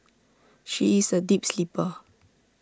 she is A deep sleeper